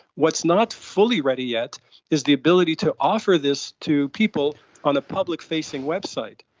what's not fully ready yet is the ability to offer this to people on a public facing website.